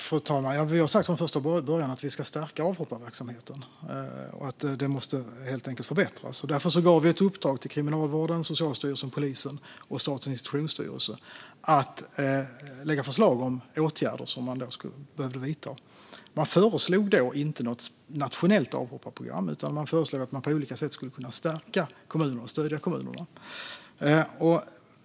Fru talman! Vi har sagt från första början att vi ska stärka avhopparverksamheten och att den måste förbättras. Därför gav vi ett uppdrag till Kriminalvården, Socialstyrelsen, polisen och Statens institutionsstyrelse att lägga fram förslag till åtgärder som behöver vidtas. Man föreslog då inte något nationellt avhopparprogram, utan man föreslog att man på olika sätt skulle kunna stärka och stödja kommunerna.